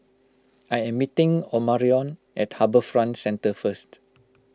I am meeting Omarion at HarbourFront Centre first